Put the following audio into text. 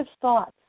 thoughts